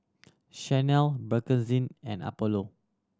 Chanel Bakerzin and Apollo